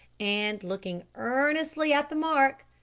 and, looking earnestly at the mark,